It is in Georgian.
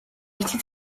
ერთი